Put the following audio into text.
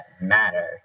matter